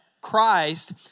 Christ